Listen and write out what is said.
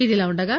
ఇదిలాఉండగా